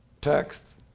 text